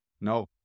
No